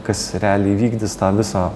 kas realiai įvykdys tą visą